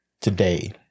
today